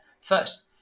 first